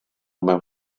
mewn